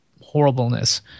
horribleness